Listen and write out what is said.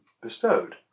bestowed